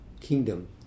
kingdom